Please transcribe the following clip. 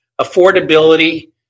affordability